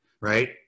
right